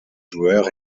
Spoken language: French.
joueur